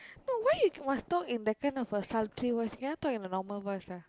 no why you must talk in that kind of sultry voice cannot talk in a normal voice ah